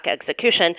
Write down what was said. execution